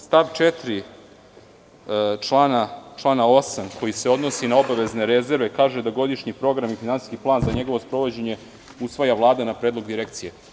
Stav 4. člana 8. koji se odnosi na obavezne rezerve, kaže da godišnji program i finansijski plan za njegovo sprovođenje usvaja Vlada na predlog Direkcije.